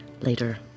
later